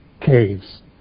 caves